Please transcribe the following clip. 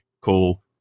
cool